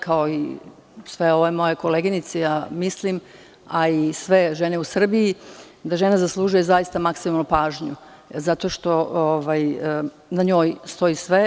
Kao i sve moje koleginice, a i sve žene u Srbiji, mislim da žena zaslužuje zaista maksimalnu pažnju, zato što na njoj stoji sve.